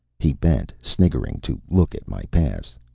he bent, sniggering, to look at my pass.